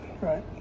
right